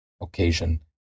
occasion